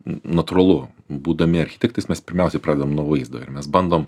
natūralu būdami architektais mes pirmiausiai pradedam nuo vaizdo ir mes bandom